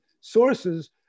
sources